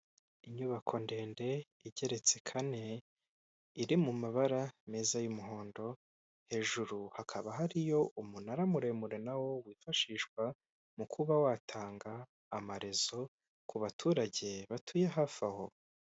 Inyubako ndende igereretse kane iri mu mabara meza y'umuhondo hejuru hakaba hariyo umunara muremure nawo wifashishwa mu kuba watanga amarezo, ku baturage batuye hafi aho.